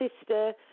sister